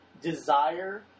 desire